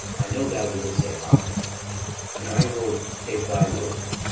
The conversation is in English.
i know thou wilt say ay and i will take thy word.